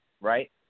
right